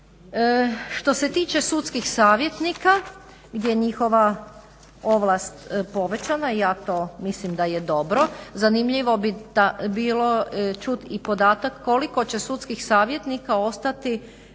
Što se tiče sudskih savjetnika gdje njihova ovlast povećana i ja mislim da je to dobro. Zanimljivo bi bilo čuti i podatak koliko će sudskih savjetnika ostati